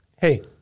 Hey